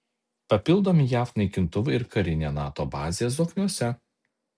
papildomi jav naikintuvai ir karinė nato bazė zokniuose